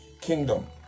kingdom